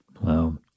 Wow